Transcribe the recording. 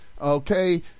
Okay